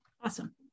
awesome